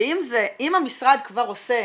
שאם המשרד כבר עושה